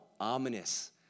Ominous